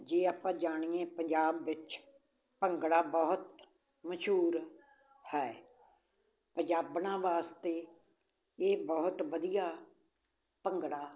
ਜੇ ਆਪਾਂ ਜਾਣੀਏ ਪੰਜਾਬ ਵਿੱਚ ਭੰਗੜਾ ਬਹੁਤ ਮਸ਼ਹੂਰ ਹੈ ਪੰਜਾਬਣਾਂ ਵਾਸਤੇ ਇਹ ਬਹੁਤ ਵਧੀਆ ਭੰਗੜਾ